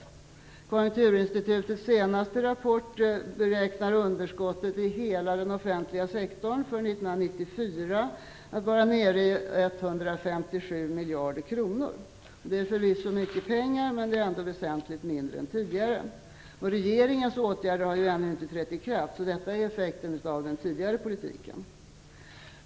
I Konjunkturinstitutets senaste rapport beräknas underskottet i hela den offentliga sektorn för 1994 vara nere i 157 miljarder kronor. Det är förvisso mycket pengar, men det är väsentligt mindre än tidigare. Regeringens åtgärder har ju ännu inte trätt i kraft, så detta är effekten av den tidigare politiken.